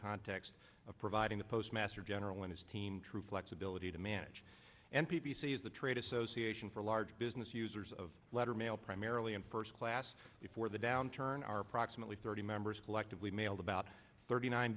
context of providing the postmaster general and his team true flexibility to manage and p p c is the trade association for large business users of letter mail primarily and first class before the downturn are approximately thirty members collectively mailed about thirty nine